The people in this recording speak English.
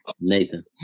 Nathan